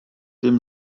dim